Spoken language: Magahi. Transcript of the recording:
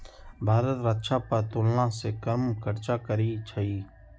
भारत रक्षा पर तुलनासे कम खर्चा करइ छइ